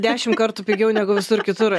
dešimt kartų pigiau negu visur kitur